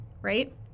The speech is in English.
right